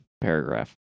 paragraph